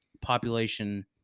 population